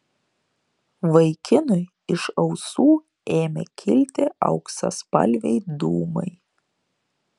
vaikinui iš ausų ėmė kilti auksaspalviai dūmai